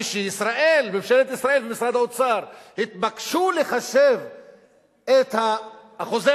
כשממשלת ישראל ומשרד האוצר התבקשו לחשב את אחוזי